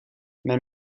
men